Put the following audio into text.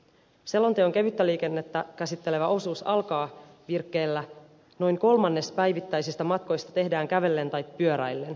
selonteon kevyttä liikennettä käsittelevä osuus alkaa virkkeellä noin kolmannes päivittäisistä matkoista tehdään kävellen tai pyöräillen